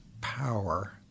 power